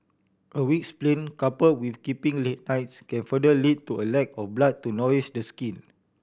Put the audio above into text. a weak spleen coupled with keeping late nights can further lead to a lack of blood to nourish the skin